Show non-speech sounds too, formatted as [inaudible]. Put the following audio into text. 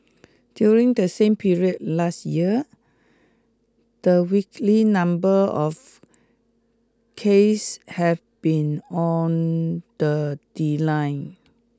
during the same period last year the weekly number of case have been on the [unintelligible]